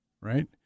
right